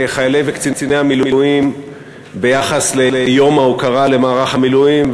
בקרב חיילי וקציני המילואים ביחס ליום ההוקרה למערך המילואים,